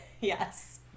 Yes